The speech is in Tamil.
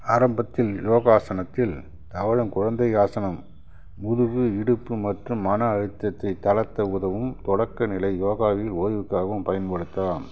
ஆரம்பத்தில் யோகாசனத்தில் தவழும் குழந்தை ஆசனம் முதுகு இடுப்பு மற்றும் மன அழுத்தத்தை தளர்த்த உதவும் தொடக்க நிலை யோகாவில் ஓய்வுக்காகவும் பயன்படுத்தலாம்